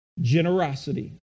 generosity